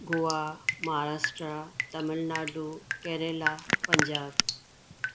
Goa Maharashtra Tamil Nadu Kerala Punjab